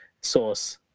source